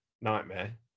Nightmare